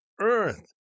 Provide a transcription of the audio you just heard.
earth